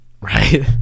Right